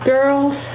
Girls